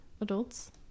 adults